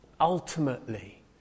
ultimately